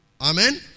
Amen